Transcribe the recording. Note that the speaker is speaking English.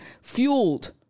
fueled